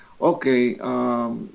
Okay